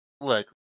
look